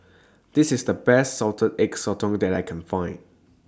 This IS The Best Salted Egg Sotong that I Can Find